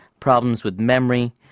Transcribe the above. problems with memory,